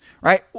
right